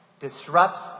disrupts